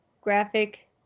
graphic